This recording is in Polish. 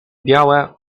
białe